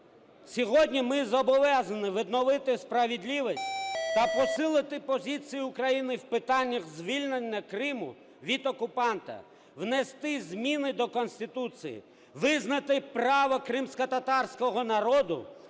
Сьогодні ми зобов'язані відновити справедливість та посилити позицію України в питаннях звільнення Криму від окупанта, внести зміни до Конституції, визнати право кримськотатарського народу